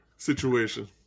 Situation